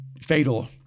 fatal